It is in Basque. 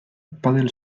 padel